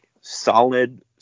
solid